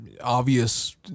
obvious